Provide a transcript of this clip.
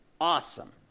awesome